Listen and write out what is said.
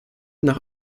nach